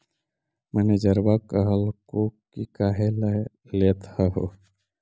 मैनेजरवा कहलको कि काहेला लेथ हहो?